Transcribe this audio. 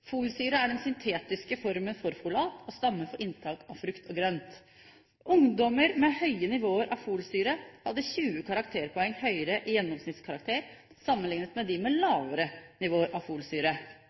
Folsyre er den syntetiske formen for folat og stammer fra inntak av frukt og grønt. Ungdommer med høye nivåer av folsyre hadde 20 karakterpoeng høyere i gjennomsnittskarakter sammenliknet med dem med